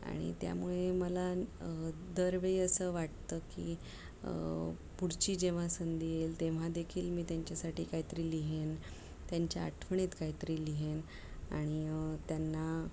आणि त्यामुळे मला दरवेळी असं वाटतं की पुढची जेव्हा संधी येईल तेव्हादेखील मी त्यांच्यासाठी काहीतरी लिहीन त्यांच्या आठवणीत काहीतरी लिहीन आणि त्यांना